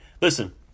listen